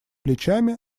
плечами